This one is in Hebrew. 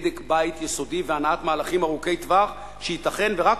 בדק בית יסודי והנעת מהלכים ארוכי טווח שייתכן שרק